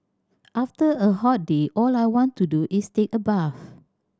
after a hot day all I want to do is take a bath